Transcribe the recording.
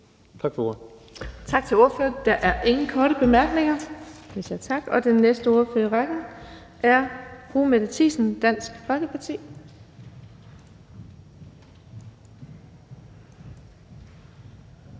Vind): Tak til ordføreren. Der er ingen korte bemærkninger. Den næste ordfører i rækken er fru Mette Thiesen, Dansk Folkeparti.